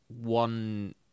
one